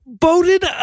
voted